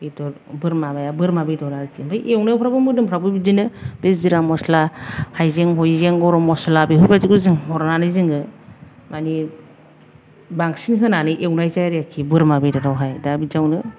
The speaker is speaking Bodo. बेदर बोरमाया बोरमा बेदरा आरोखि ओमफ्राय एवनायफ्रावबो मोदोमफ्राबो बिदिनो बे जिरा मसला हायजें हुइजें गरम मसला बेफोरबादिखौ जों हरनानै जोङो माने बांसिन होनानै एवनाय जायो आरोखि बोरमा बेदरावहाय दा बिदियावनो